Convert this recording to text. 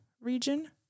region